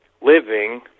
living